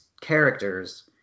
characters